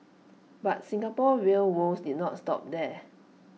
but Singapore's rail woes did not stop there